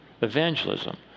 evangelism